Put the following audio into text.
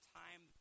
time